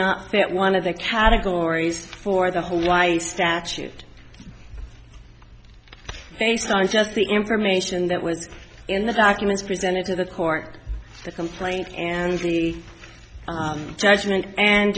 not set one of the categories for the whole lying statute based on just the information that was in the documents presented to the court the complaint and lee judgment and